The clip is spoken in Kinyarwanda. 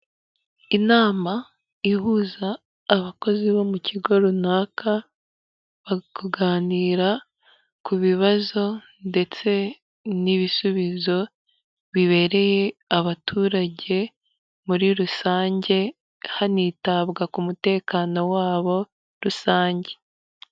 Inama ihuza abakozi bo mu kigo runaka, bakaganira ku bibazo ndetse n'ibisubizo bibereye abaturage muri rusange, hanitabwa ku mutekano wabo rusange.